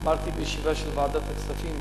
אמרתי בישיבה של ועדת הכספים,